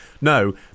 no